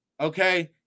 Okay